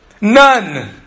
None